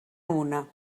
una